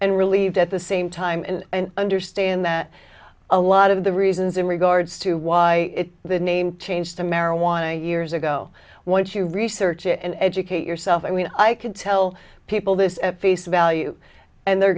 and relieved at the same time and understand that a lot of the reasons in regards to why the name changed to marijuana years ago won't you research it and educate yourself i mean i could tell people this at face value and they're